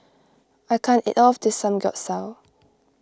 I can't eat all of this Samgeyopsal